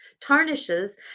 tarnishes